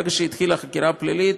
ברגע שהתחילה חקירה פלילית,